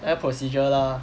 那个 procedure lah